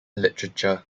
literature